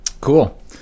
cool